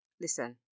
listen